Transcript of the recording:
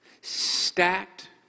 stacked